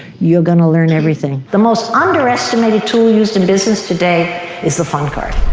you're going to learn everything. the most underestimated tool used in business today is the phone card.